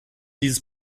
dieses